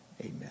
Amen